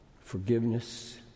forgiveness